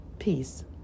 Peace